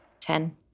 Ten